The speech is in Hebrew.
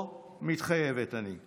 או "מתחייבת אני".